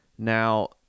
Now